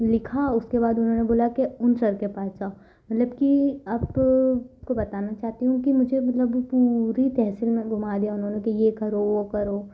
लिखा उसके बाद उन्होंने बोला कि उन सर के पास जाओ मतलब की आप को बताना चाहती हूँ कि मुझे मतलब पूरी तरह से मैं घुमा दिया उन्होंने कि यह करो वह करो